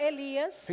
Elias